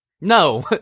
No